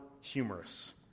humorous